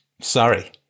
sorry